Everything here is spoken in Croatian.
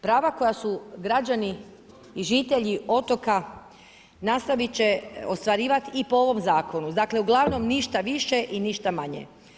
Prava koja su građani i žitelji otoka nastavit će ostvarivati i po ovom zakonu, dakle uglavnom ništa više i ništa manje.